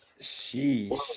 Sheesh